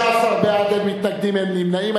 16 בעד, אין מתנגדים, אין נמנעים.